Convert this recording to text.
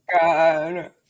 God